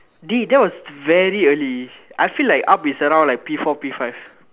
dey that was very early I feel like up is around P four P five